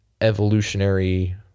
evolutionary